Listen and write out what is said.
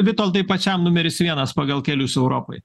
vitoldai pačiam numeris vienas pagal kelius europoj